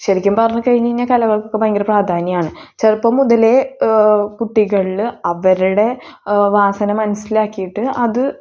ശരിക്കും പറഞ്ഞു കഴിഞ്ഞ് കഴിഞ്ഞാൽ കലകൾക്ക് ഭയങ്കര പ്രാധാന്യമാണ് ചെറുപ്പം മുതലേ കുട്ടികളിൽ അവരുടെ വാസന മനസ്സിലാക്കിയിട്ട് അത്